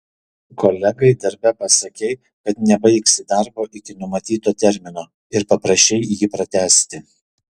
kolegai darbe pasakei kad nebaigsi darbo iki numatyto termino ir paprašei jį pratęsti